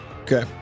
Okay